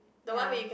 ya